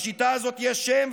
לשיטה הזאת יש שם,